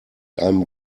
einem